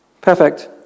Perfect